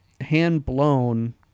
hand-blown